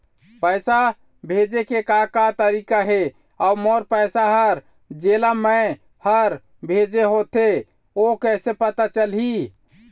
पैसा भेजे के का का तरीका हे अऊ मोर पैसा हर जेला मैं हर भेजे होथे ओ कैसे पता चलही?